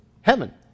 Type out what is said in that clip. heaven